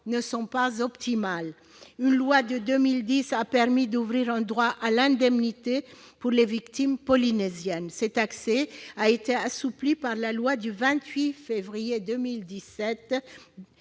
ne sont pas optimales. Une loi de 2010 a permis d'ouvrir un droit à l'indemnité pour les victimes polynésiennes. Cet accès a été assoupli par la loi du 28 février 2017